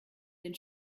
den